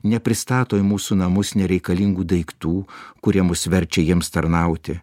nepristato į mūsų namus nereikalingų daiktų kurie mus verčia jiems tarnauti